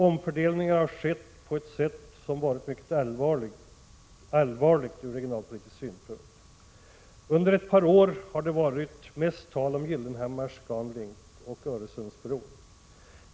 Omfördelningar har skett som ur regionalpolitisk synpunkt varit mycket allvarliga. Under ett par år har det mest varit tal om Gyllenhammars ScanLink och Öresundsbron.